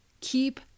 keep